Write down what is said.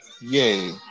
Yay